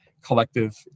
collective